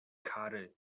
kary